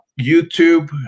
YouTube